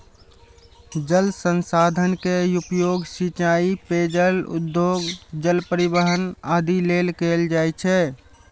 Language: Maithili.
जल संसाधन के उपयोग सिंचाइ, पेयजल, उद्योग, जल परिवहन आदि लेल कैल जाइ छै